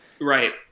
Right